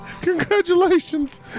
Congratulations